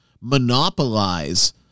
monopolize